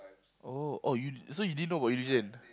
oh oh you so you didn't know about Illusion